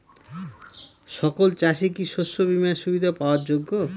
সকল চাষি কি শস্য বিমার সুবিধা পাওয়ার যোগ্য?